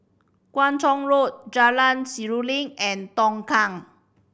Kung Chong Road Jalan Seruling and Tongkang